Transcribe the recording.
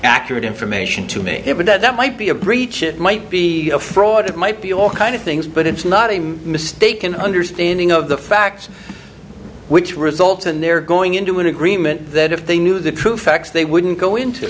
accurate information to me it would that might be a breach it might be a fraud it might be all kinds of things but it's not a mistaken understanding of the facts which result in their going into an agreement that if they knew the true facts they wouldn't go in to